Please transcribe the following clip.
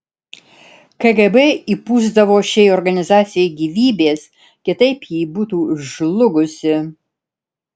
kgb įpūsdavo šiai organizacijai gyvybės kitaip ji būtų žlugusi